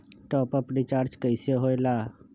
Top up recharge कइसे होएला?